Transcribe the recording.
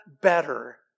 better